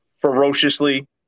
ferociously